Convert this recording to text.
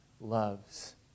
loves